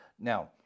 Now